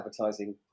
advertising